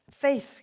faith